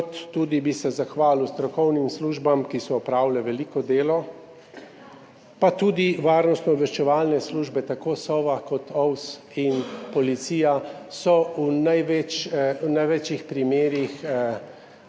kot bi se tudi zahvalil strokovnim službam, ki so opravile veliko delo, pa tudi varnostno-obveščevalne službe, tako Sova kot OVS in policija, so v največjih primerih